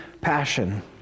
passion